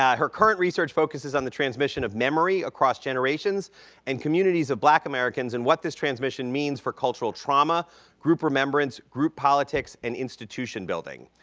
her current research focuses on the transmission of memory across generations and communities of black americans and what this transmission means for cultural trauma group remembrance group politics and institution building.